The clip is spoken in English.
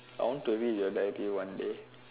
I want to read your dairy one day